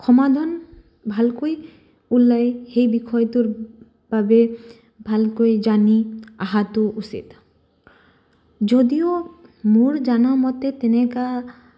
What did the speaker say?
সমাধান ভালকৈ উলায় সেই বিষয়টোৰ বাবে ভালকৈ জানি আহাটো উচিত যদিও মোৰ জানা মতে তেনেকা